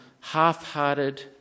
half-hearted